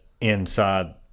inside